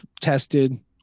tested